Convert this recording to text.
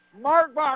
Mark